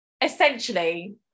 essentially